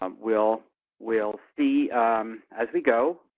um will will see as we go,